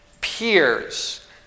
peers